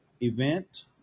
event